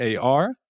AR